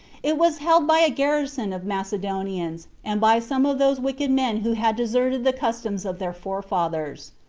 it was held by a garrison of macedonians, and by some of those wicked men who had deserted the customs of their forefathers.